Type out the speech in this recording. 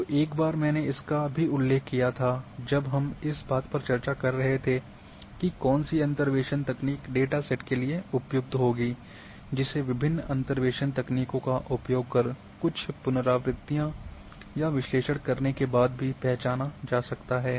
तो एक बार मैंने इसका भी उल्लेख किया था जब हम इस बात पर चर्चा कर रहे थे कि कौन सी अंतर्वेशन तकनीक डेटासेट के लिए उपयुक्त होगी जिसे विभिन्न अंतर्वेशन तकनीकों का उपयोग कर कुछ पुनरावृत्ति में या विश्लेषण करने के बाद भी पहचाना जा सकता है